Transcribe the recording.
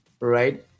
Right